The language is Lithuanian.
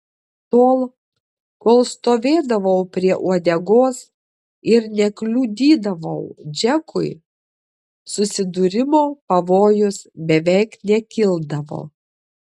tol kol stovėdavau prie uodegos ir nekliudydavau džekui susidūrimo pavojus beveik nekildavo